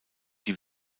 die